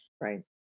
right